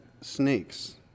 Snakes